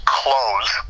close